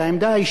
הלגיטימית,